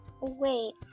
Wait